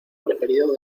preferido